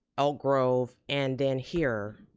elk grove, and then here,